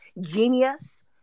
Genius